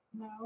No